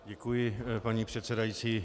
Děkuji, paní předsedající.